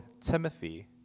Timothy